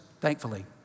thankfully